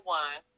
one